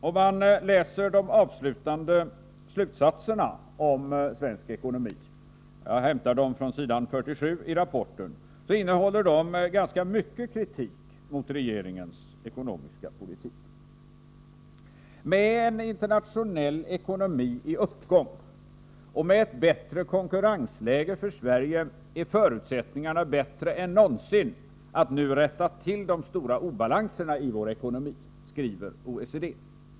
De avslutande Vidremissäv slutsatserna om svensk ekonomi — jag hämtar dem från s. 47 i rapporten — kompletteringsproinnehåller ganska mycket kritik mot regeringens ekonomiska politik. Med en positionen internationell ekonomi i uppgång och med ett bättre konkurrensläge för Sverige är förutsättningarna bättre än någonsin att nu rätta till de stora obalanserna i vår ekonomi, skriver OECD.